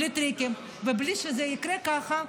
בלי טריקים ובלי שזה יקרה כך,